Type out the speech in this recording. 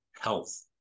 health